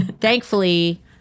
thankfully—